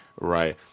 Right